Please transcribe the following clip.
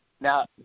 now